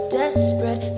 desperate